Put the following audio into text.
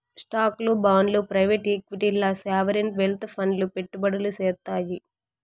స్టాక్లు, బాండ్లు ప్రైవేట్ ఈక్విటీల్ల సావరీన్ వెల్త్ ఫండ్లు పెట్టుబడులు సేత్తాయి